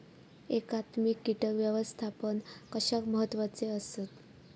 एकात्मिक कीटक व्यवस्थापन कशाक महत्वाचे आसत?